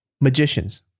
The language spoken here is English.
magicians